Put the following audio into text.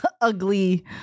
ugly